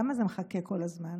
למה זה מחכה כל הזמן?